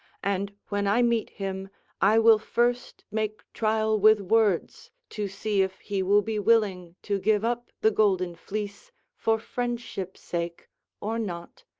and when i meet him i will first make trial with words to see if he will be willing to give up the golden fleece for friendship's sake or not,